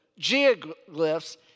geoglyphs